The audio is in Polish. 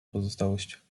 pozostałość